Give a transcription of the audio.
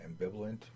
ambivalent